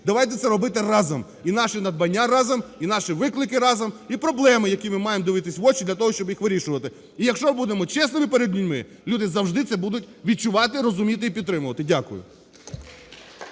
Давайте це робити разом, і наші надбання разом, і наші виклики разом, і проблеми, які ми маємо дивитися в очі, для того щоб їх вирішувати. І якщо будемо чесними перед людьми, люди завжди це будуть відчувати, розуміти і підтримувати. Дякую.